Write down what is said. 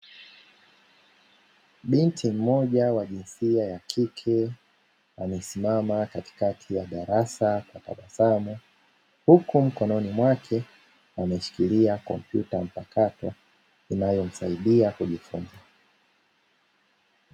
Binti mmoja wa jinsia ya kike amesimama katikati ya darasa akitabasamu, huku mkononi mwake ameshikilia kompyuta mpakato inayomsaidia kujifunza.